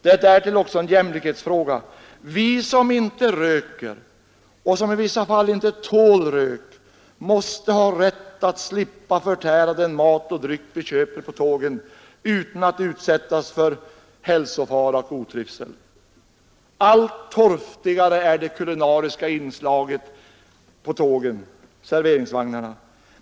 Det är därtill en jämlikhetsfråga — vi som inte röker och som i vissa fall inte tål rök måste ha rätt att slippa förtära den mat och dryck vi köper på tågen utan att utsättas för hälsofara och otrivsel. Allt torftigare är det kulinariska inslaget på tågens serveringsvagnar.